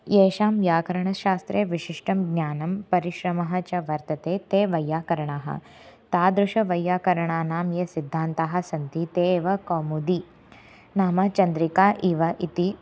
येषां व्याकरणशास्त्रे विशिष्टं ज्ञानं परिश्रमः च वर्तते ते वैयाकरणाः तादृशवैयाकरणानां ये सिद्धान्ताः सन्ति ते एव कौमुदी नाम चन्द्रिका इव इति